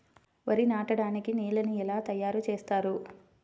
వరి నాటడానికి నేలను ఎలా తయారు చేస్తారు?